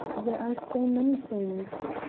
there are so many things.